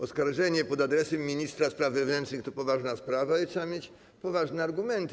Oskarżenie pod adresem ministra spraw wewnętrznych to poważna sprawa i trzeba mieć poważne argumenty.